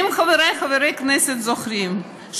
אם חברי חברי הכנסת זוכרים,